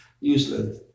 useless